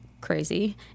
crazy